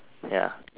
ya